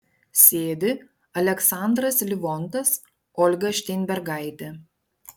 sėdi aleksandras livontas olga šteinbergaitė